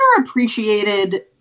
underappreciated